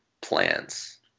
plans